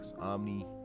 Omni